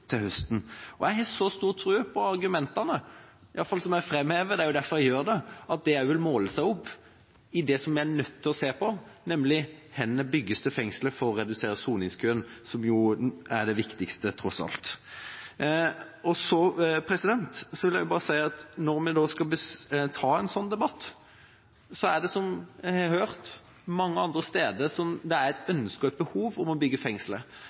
til høsten. Jeg har så stor tro på argumentene, i alle fall dem jeg framhever – det er jo derfor jeg gjør det – at det også vil måles opp mot det som vi er nødt til å se på, nemlig: Hvor bygges det fengsler for å redusere soningskøen? – som jo er det viktigste, tross alt. Så vil jeg bare si at når vi da skal ta en slik debatt, er det, som vi har hørt, mange andre steder der det er et ønske om og et behov for å bygge fengsler.